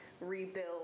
rebuild